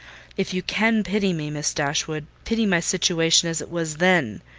if you can pity me, miss dashwood, pity my situation as it was then.